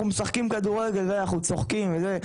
אנחנו משחקים כדורגל ואנחנו צוחקים וזה,